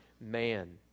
man